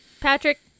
Patrick